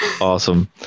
Awesome